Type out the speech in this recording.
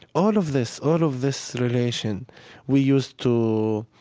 all of this all of this relation we used to